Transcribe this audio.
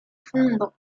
fundo